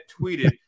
tweeted